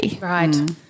right